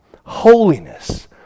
holiness